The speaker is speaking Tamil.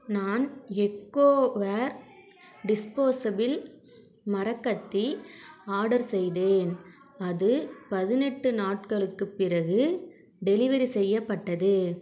நான் எக்கோ வேர் டிஸ்போசபிள் மரக் கத்தி ஆடர் செய்தேன் அது பதினெட்டு நாட்களுக்குப் பிறகு டெலிவரி செய்யப்பட்டது